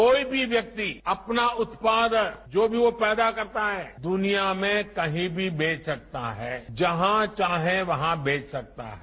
कोई भी व्यक्ति अपना उत्पादन जो भी वो पैदा करता है दुनिया में कहीं भी बेच सकता है जहां चाहे वहां बेच सकता है